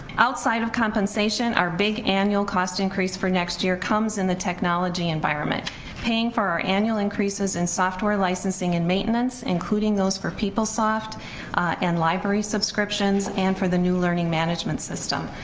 outside of compensation our big annual cost increase for next year comes in the technology environment paying for our annual increases in software licensing and maintenance including those for peoplesoft and library subscriptions and for the new learning management system.